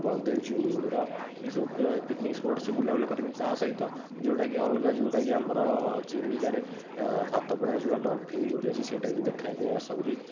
ବଳଦେବଜୀଉ ମନ୍ଦିର ଏଇ ସବୁ ପିକ୍ନିକ୍ ସ୍ପଟ୍ ସବୁ ସେ ବୁଲା ବୁଲି କରନ୍ତି ତା ସହିତ ଯେଉଁଟା କି ଅଲଗା ଯେଉଁଟା କି ଆମର ଚିଲିକାରେ ସାତପଡ଼ାରେ ଯେଉଁଟା ଡଲଫିନ୍ ଯେଉଁଠି ଅଛି ସେଇଟା ଦେଖିବା ପାଇଁ ଆସନ୍ତି